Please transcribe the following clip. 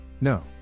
No